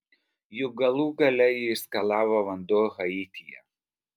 juk galų gale jį išskalavo vanduo haityje